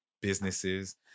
businesses